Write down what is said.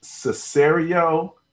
Cesario